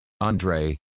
Andre